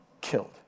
killed